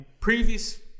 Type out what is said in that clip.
Previous